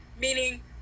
Meaning